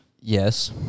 Yes